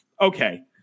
Okay